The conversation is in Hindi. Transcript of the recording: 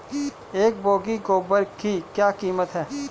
एक बोगी गोबर की क्या कीमत है?